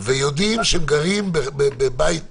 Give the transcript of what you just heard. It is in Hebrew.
יודעים שהם גרים בבית צפוף,